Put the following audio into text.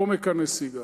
עומק הנסיגה.